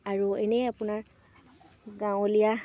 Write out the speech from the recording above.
আৰু এনেই আপোনাৰ গাঁৱলীয়া